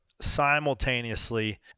simultaneously